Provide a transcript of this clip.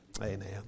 Amen